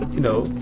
you know,